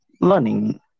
learning